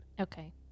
Okay